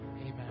Amen